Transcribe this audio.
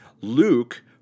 Luke